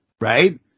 right